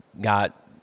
got